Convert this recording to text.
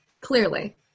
clearly